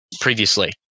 previously